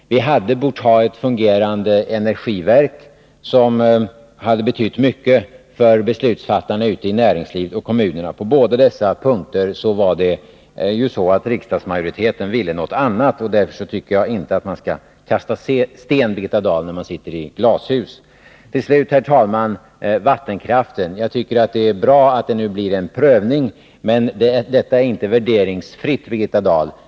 Vi hade vidare bort ha ett fungerande energiverk som hade betytt mycket för beslutsfattarna i näringslivet och i kommunerna. På båda dessa punkter ville riksdagsmajoriteten något annat. Därför tycker jag inte att man skall kasta sten, Birgitta Dahl, när man sitter i glashus. Till slut, herr talman, några ord om vattenkraften. Jag tycker att det är bra att det nu blir en prövning, men detta är inte värderingsfritt, Birgitta Dahl.